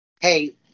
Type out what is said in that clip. hey